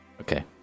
Okay